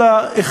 אלא,